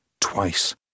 twice